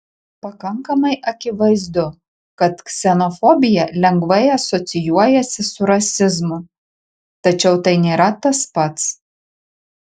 pakankamai akivaizdu kad ksenofobija lengvai asocijuojasi su rasizmu tačiau tai nėra tas pats